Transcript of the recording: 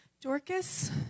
Dorcas